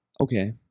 Okay